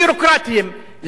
למה, כי הם דרוזים.